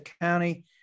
County